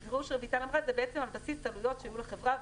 רויטל רז אמרה: זה בעצם על בסיס עלויות שהיו לחברה,